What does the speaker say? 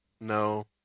No